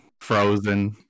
frozen